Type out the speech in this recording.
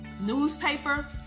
newspaper